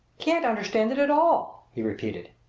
can't understand it at all! he repeated.